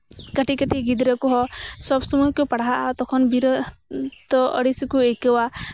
ᱠᱟᱹᱴᱤᱡ ᱠᱟᱹᱴᱤᱡ ᱜᱤᱫᱽᱨᱟᱹ ᱠᱚᱦᱚ ᱥᱚᱵ ᱥᱚᱢᱚᱭ ᱠᱚ ᱯᱟᱲᱦᱟᱜᱼᱟ ᱛᱚᱠᱷᱚᱱ ᱵᱤᱨᱚᱠᱛᱚ ᱟᱹᱲᱤᱥ ᱦᱚᱸᱠᱚ ᱟᱹᱭᱠᱟᱹᱣᱟ